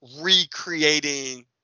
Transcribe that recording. recreating